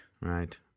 right